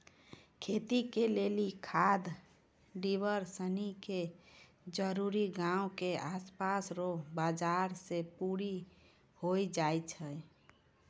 खेती के लेली खाद बिड़ार सनी के जरूरी गांव के आसपास रो बाजार से पूरी होइ जाय छै